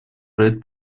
проект